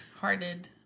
hearted